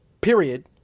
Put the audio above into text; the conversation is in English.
period